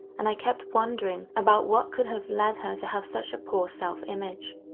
and i kept wondering about what could have led her to have such a poor self-image.